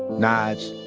nige,